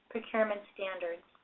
procurement standards.